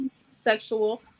sexual